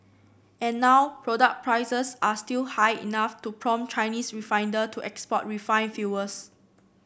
and now product prices are still high enough to prompt Chinese refiner to export refined fuels